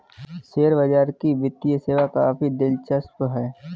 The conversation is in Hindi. शेयर बाजार की वित्तीय सेवा काफी दिलचस्प है